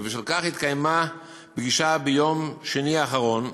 התקיימה פגישה ביום שני האחרון,